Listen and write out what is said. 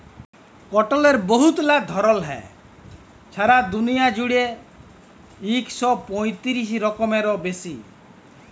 কটলের বহুতলা ধরল হ্যয়, ছারা দুলিয়া জুইড়ে ইক শ পঁয়তিরিশ রকমেরও বেশি